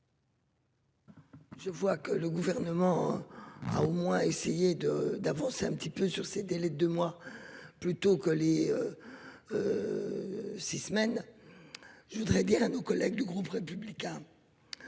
Je vois que le gouvernement. A au moins essayer de d'avancer un petit peu sur ces délais de mois plutôt que les. Six semaines. Je voudrais dire à nos collègues du groupe républicain.